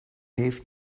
حیف